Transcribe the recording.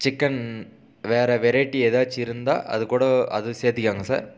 chicken வேறு variety எதாச்சும் இருந்தால் அதுக்கூட அதுவும் சேர்த்திக்கோங்க சார்